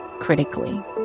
critically